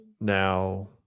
now